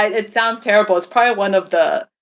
it sounds terrible. it's probably one of the,